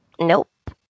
Nope